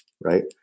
right